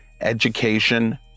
education